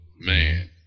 man